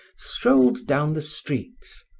strolled down the streets,